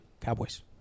Cowboys